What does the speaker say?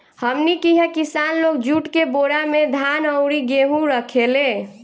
हमनी किहा किसान लोग जुट के बोरा में धान अउरी गेहू रखेले